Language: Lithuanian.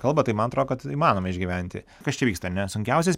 kalbą tai man atrodo kad įmanoma išgyventi kas čia vyksta ar ne sunkiausias